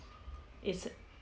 is